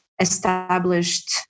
established